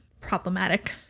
problematic